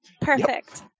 Perfect